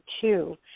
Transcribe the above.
two